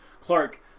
Clark